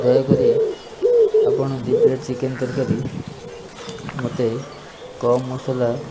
ଦୟାକରି ଆପଣ ଦୁଇ ପ୍ଲେଟ୍ ଚିକେନ୍ ତରକାରୀ ମୋତେ କମ୍ ମସଲା